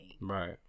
Right